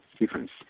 difference